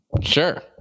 Sure